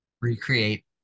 Recreate